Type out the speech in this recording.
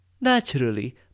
Naturally